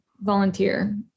volunteer